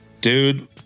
Dude